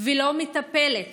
ולא מטפלת